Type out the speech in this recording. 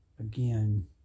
Again